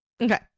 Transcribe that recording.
Okay